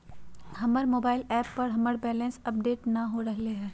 हमर mobile app पर हमर बैलेंस अपडेट नय हो रहलय हें